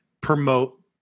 promote